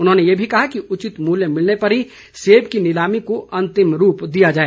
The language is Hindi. उन्होंने ये भी कहा कि उचित मूल्य मिलने पर ही सेब की नीलामी को अंतिम रूप दिया जाए